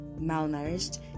malnourished